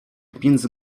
między